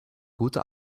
gute